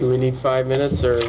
do we need five minutes